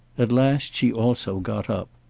at last she also got up.